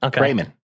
Raymond